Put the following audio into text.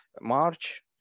March